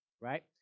right